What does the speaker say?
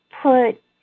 put